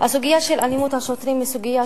הסוגיה של אלימות השוטרים היא סוגיה